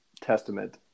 Testament